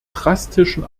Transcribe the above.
drastischen